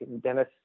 Dennis